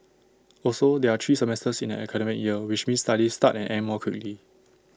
also there are three semesters in an academic year which means studies start and end more quickly